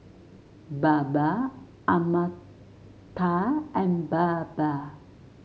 Baba Amartya and Baba